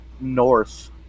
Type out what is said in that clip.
north